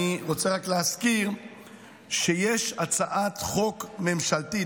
אני רוצה רק להזכיר שיש הצעת חוק ממשלתית.